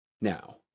Now